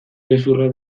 gezurra